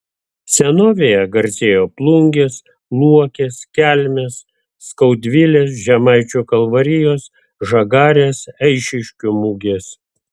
senovėje garsėjo plungės luokės kelmės skaudvilės žemaičių kalvarijos žagarės eišiškių mugės